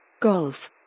Golf